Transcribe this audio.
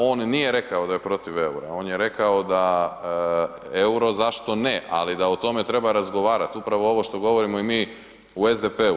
On nije rekao da je protiv EUR-a, on je rekao da EUR-o zašto ne, ali da o tome treba razgovarati, upravo ovo što govorimo i mi u SDP-u.